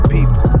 People